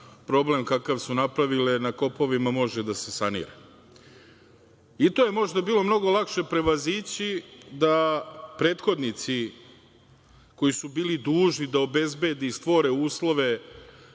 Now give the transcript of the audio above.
problem kakav su napravile na kopovima može da se sanira. To je možda bilo mnogo lakše prevazići da prethodnici koji su bili dužni da obezbede i stvore uslove,